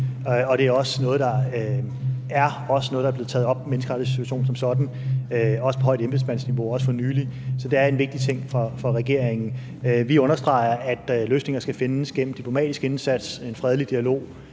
Det er også noget, der er blevet taget op, altså menneskerettighedssituationen som sådan, også på højt embedsmandsniveau, også for nylig, så det er en vigtig ting for regeringen. Vi understreger, at løsninger skal findes gennem diplomatisk indsats, en fredelig dialog